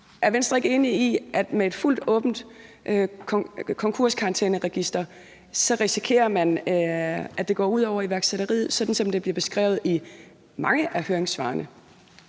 Er Venstre ikke enig i, at med et fuldt åbent konkurskarantæneregister risikerer man, at det går ud over iværksætteriet, sådan som det bliver beskrevet i mange af høringssvarene?